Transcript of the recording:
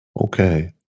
okay